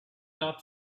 not